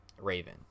raven